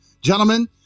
gentlemen